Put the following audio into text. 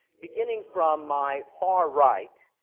beginning from my far right,